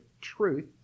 truth